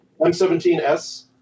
M17S